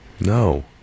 no